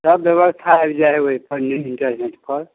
सब बेबस्था आबि जाइ हइ ओहिपरमे इन्टरनेटपर